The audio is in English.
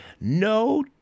no